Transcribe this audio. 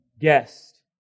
guest